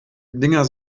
dinger